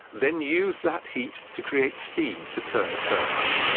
then use that heat to create steam to turn a turbine.